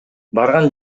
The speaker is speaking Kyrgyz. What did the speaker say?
барган